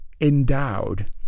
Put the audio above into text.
endowed